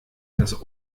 das